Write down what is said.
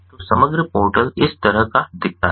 तो समग्र पोर्टल इस तरह का दिखता है